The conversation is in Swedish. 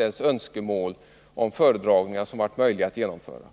ett önskemål om föredragningar som varit möjliga att genomföra.